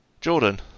Jordan